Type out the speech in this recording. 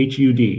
hud